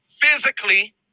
physically